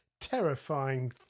terrifying